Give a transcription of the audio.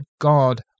God